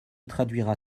traduira